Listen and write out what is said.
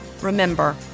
Remember